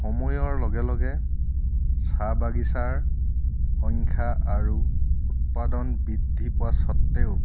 সময়ৰ লগে লগে চাহ বাগিচাৰ সংখ্যা আৰু উৎপাদন বৃদ্ধি পোৱা স্বত্তেও